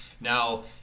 Now